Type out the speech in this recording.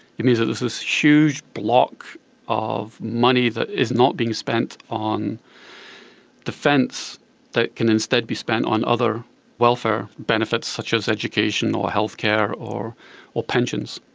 it means that there's this huge block of money that is not being spent on defence that can instead be spent on other welfare benefits such as education or healthcare or or pensions.